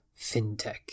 fintech